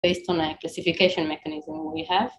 Based on the classification mechanism we have.